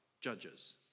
Judges